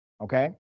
okay